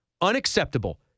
unacceptable